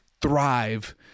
thrive